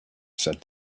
said